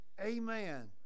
Amen